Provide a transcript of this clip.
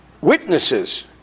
witnesses